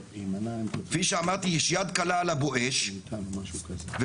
כפי שאמרתי יש יד קלה על ה"בואש" וכל